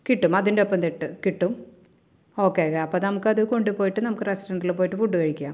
കിട്ടും അതിൻ്റെ ഒപ്പം കിട്ടും ഓക്കെ ഓക്കെ അപ്പോൾ നമുക്കത് കൊണ്ടുപോയിട്ട് നമുക്ക് റെസ്റ്റോറൻറ്റിൽ പോയിട്ട് ഫുഡ് കഴിക്കാം